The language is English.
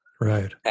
Right